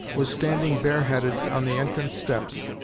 was standing bareheaded on the entrance-steps.